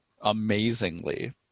amazingly